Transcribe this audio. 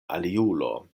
aliulo